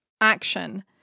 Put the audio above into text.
action